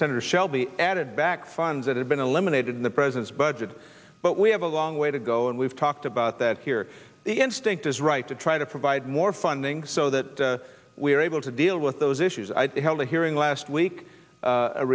senator shelby added back funds that have been eliminated in the president's budget but we have a long way to go and we've talked about that here the instinct is right to try to provide more funding so that we're able to deal with those issues i held a hearing last week